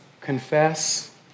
confess